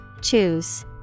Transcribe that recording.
Choose